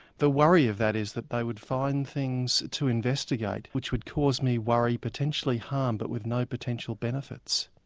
the worry of that is that they would find things to investigate which would cause me worry, potentially harm, but with no potential benefits.